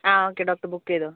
ആ okay doctor book ചെയ്തോ